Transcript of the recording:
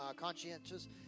conscientious